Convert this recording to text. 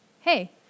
hey